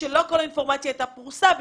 שלא כל האינפורמציה הייתה פרושה לפניכם.